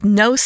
no